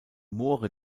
moore